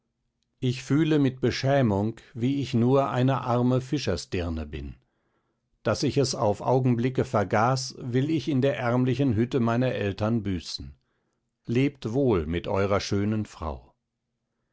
ich fühle mit beschämung wie ich nur eine arme fischersdirne bin daß ich es auf augenblicke vergaß will ich in der ärmlichen hütte meiner eltern büßen lebt wohl mit eurer schönen frau